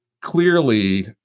clearly